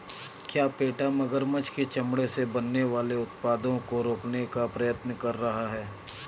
क्या पेटा मगरमच्छ के चमड़े से बनने वाले उत्पादों को रोकने का प्रयत्न कर रहा है?